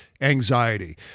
anxiety